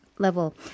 level